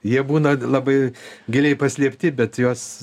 jie būna labai giliai paslėpti bet juos